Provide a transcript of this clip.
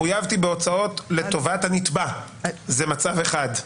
וחויבתי בהוצאות לטובת הנתבע, זה מצב אחד.